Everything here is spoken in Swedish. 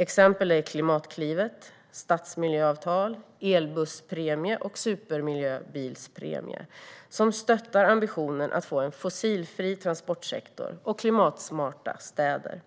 Exempel är Klimatklivet, stadsmiljöavtal, elbusspremie och supermiljöbilspremie som stöttar ambitionen att få en fossilfri transportsektor och klimatsmarta städer.